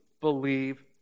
believe